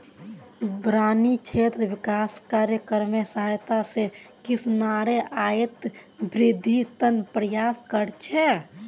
बारानी क्षेत्र विकास कार्यक्रमेर सहायता स किसानेर आइत वृद्धिर त न प्रयास कर छेक